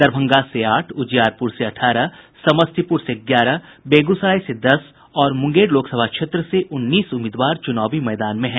दरभंगा से आठ उजियारपुर से अठारह समस्तीपुर से ग्यारह बेगूसराय से दस और मुंगेर लोकसभा क्षेत्र से उन्नीस उम्मीदवार चुनावी मैदान में हैं